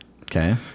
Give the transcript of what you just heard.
okay